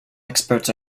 experts